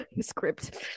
script